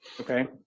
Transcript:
Okay